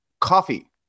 Coffee